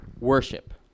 worship